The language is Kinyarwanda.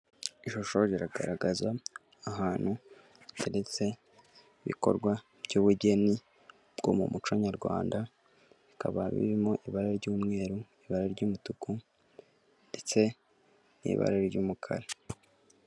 Ishusho riragaragaza ahantu hateretse ibikorwa by'ubugeni bwo mu muco nyarwanda bikaba birimo ibara ry'umweru, ibara ry'umutuku, ndetse n'ibara ry'umukara.